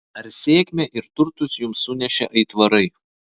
ar sėkmę ir turtus jums sunešė aitvarai